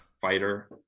fighter